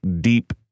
deep